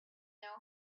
know